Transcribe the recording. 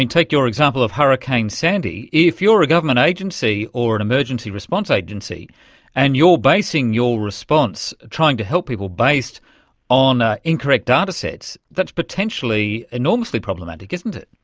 and take your example of hurricane sandy, if you're a government agency or an emergency response agency and you're basing your response, trying to help people based on ah incorrect datasets, that's potentially enormously problematic, isn't it.